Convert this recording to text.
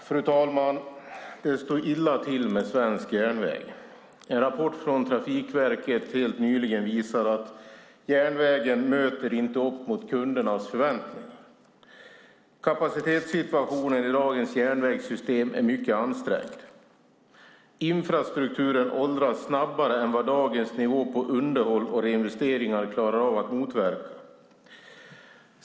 Fru talman! Det står illa till med svensk järnväg. En rapport från Trafikverket helt nyligen visar att järnvägen inte möter upp mot kundernas förväntningar. Kapacitetssituationen i dagens järnvägssystem är mycket ansträngd. Infrastrukturen åldras snabbare än vad dagens nivå på underhåll och reinvesteringar klarar av att motverka.